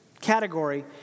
category